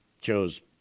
chose